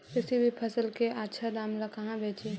किसी भी फसल के आछा दाम ला कहा बेची?